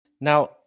now